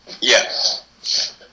Yes